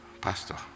Pastor